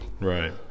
Right